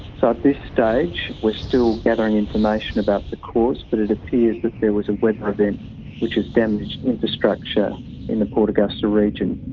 so at this stage we're still gathering information about the cause but it appears that there was a weather event which has damaged infrastructure in the port augusta region.